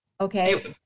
okay